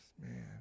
Man